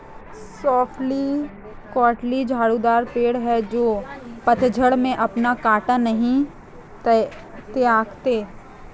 softwood कँटीले झाड़ीदार पेड़ हैं जो पतझड़ में अपना काँटा नहीं त्यागते